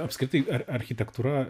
apskritai ar architektūra